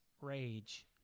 rage